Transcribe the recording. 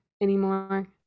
anymore